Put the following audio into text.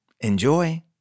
Enjoy